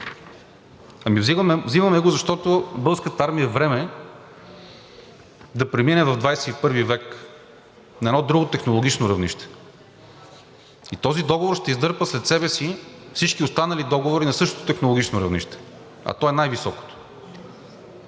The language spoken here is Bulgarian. взимаме го, защото Българската армия е време да премине в XXI век – на едно друго технологично равнище, и този договор ще издърпа след себе си всички останали договори на същото технологично равнище, а то е най-високото.